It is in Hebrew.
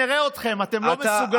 נראה אתכם, אתם לא מסוגלים.